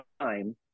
time